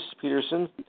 Peterson